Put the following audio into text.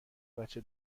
بچه